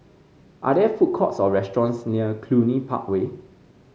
are there food courts or restaurants near Cluny Park Way